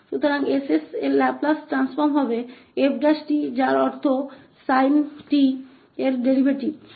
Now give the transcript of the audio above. तो 𝑠𝐹𝑠 का लाप्लास व्युत्क्रम 𝑓′𝑡 होगा जिसका अर्थ है sin 𝑡 का डेरीवेटिव